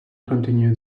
continue